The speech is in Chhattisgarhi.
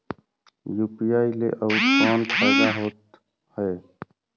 यू.पी.आई ले अउ कौन फायदा होथ है?